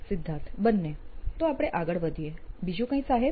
સિદ્ધાર્થ બંને તો આપણે આગળ વધીએ બીજું કંઈ સાહેબ